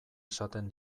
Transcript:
esaten